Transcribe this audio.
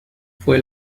fue